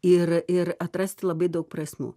ir ir atrasti labai daug prasmių